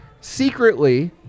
secretly